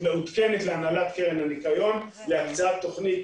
מעודכנת להנהלת קרן הניקיון להקצאת תוכנית